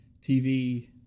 tv